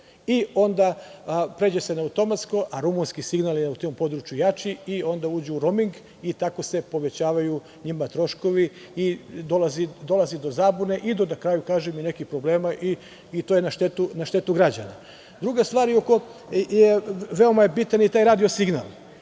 i onda pređe se na automatsko, a rumunski signal je na tom području jači i onda uđu u roming i tako se povećavaju njima troškovi i dolazi do zabune, i da na kraju kažem nekih problema i to je na štetu građana. Druga stvar, veoma je bitan taj radio signal.